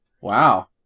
Wow